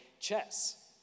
chess